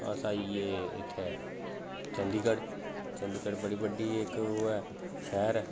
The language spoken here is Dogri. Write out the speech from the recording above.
अस आई ए उत्थैं चंदीगढ चंदीगढ इक बड़ी ओह् एै शैह्र एै